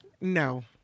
No